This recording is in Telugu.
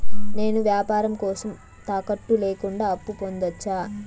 నేను వ్యాపారం కోసం తాకట్టు లేకుండా అప్పు పొందొచ్చా?